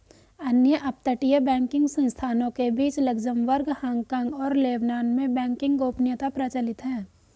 अन्य अपतटीय बैंकिंग संस्थानों के बीच लक्ज़मबर्ग, हांगकांग और लेबनान में बैंकिंग गोपनीयता प्रचलित है